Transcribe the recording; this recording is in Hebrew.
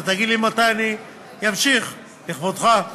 אתה תגיד לי מתי אני אמשיך, לכבודך.